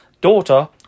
daughter